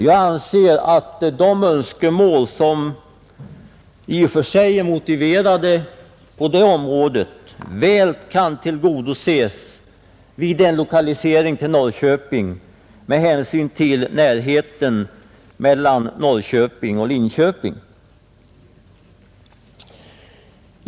Jag anser att de i och för sig motiverade önskemålen på det området väl kan tillgodoses vid en lokalisering till Norrköping genom närheten till Linköping.